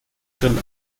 grill